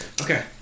Okay